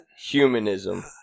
humanism